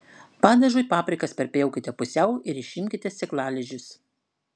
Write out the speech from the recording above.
padažui paprikas perpjaukite pusiau ir išimkite sėklalizdžius